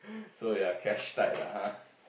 so you're cash tight lah [huh]